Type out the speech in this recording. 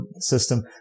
system